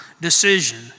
decision